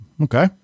Okay